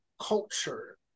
culture